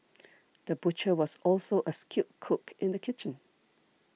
the butcher was also a skilled cook in the kitchen